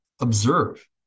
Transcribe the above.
observe